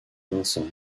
vincent